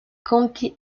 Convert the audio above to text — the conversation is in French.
compte